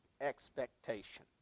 expectation